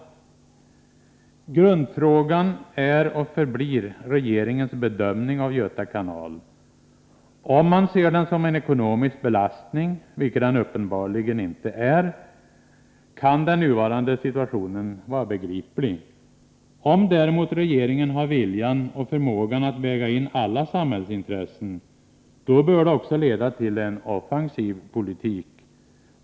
Grundfrågan är och förblir regeringens bedömning av Göta kanal. Om man ser den som en ekonomisk belastning — vilket den uppenbarligen inte är — kan den nuvarande situationen förefalla begriplig. Om däremot regeringen har viljan och förmågan att väga in alla samhällsintressen bör detta också leda till en offensiv politik.